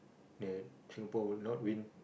that Singapore would not win